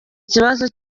ikibazo